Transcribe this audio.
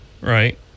Right